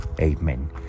Amen